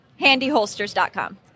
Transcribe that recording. handyholsters.com